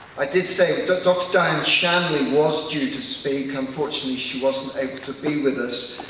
i did say that dr. dianne shanley was due to speak unfortunately she wasn't able to be with us.